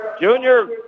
Junior